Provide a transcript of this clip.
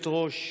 היושבת-ראש,